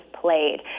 played